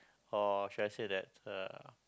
or should I say that uh